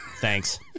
Thanks